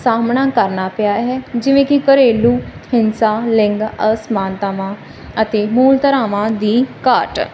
ਸਾਹਮਣਾ ਕਰਨਾ ਪਿਆ ਹੈ ਜਿਵੇਂ ਕਿ ਘਰੇਲੂ ਹਿੰਸਾ ਲਿੰਗ ਅਸਮਾਨਤਾਵਾਂ ਅਤੇ ਮੂਲ ਧਰਾਵਾਂ ਦੀ ਘਾਟ